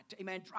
Amen